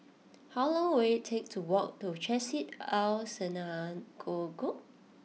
how long will it take to walk to Chesed El Synagogue